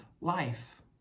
life